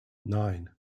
nine